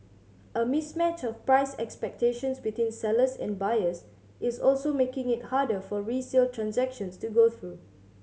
a mismatch of price expectations between sellers and buyers is also making it harder for resale transactions to go through